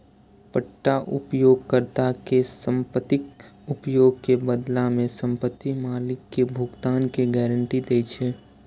पट्टा उपयोगकर्ता कें संपत्तिक उपयोग के बदला मे संपत्ति मालिक कें भुगतान के गारंटी दै छै